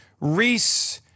Reese